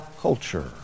culture